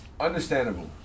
understandable